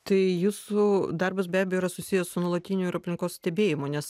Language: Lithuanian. tai jūsų darbas be abejo yra susijęs su nuolatiniu ir aplinkos stebėjimu nes